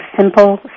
simple